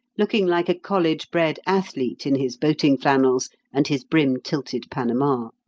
looking like a college-bred athlete in his boating-flannels and his brim-tilted panama.